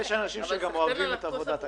יש אנשים שגם אוהבים את עבודת הכנסת.